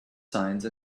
science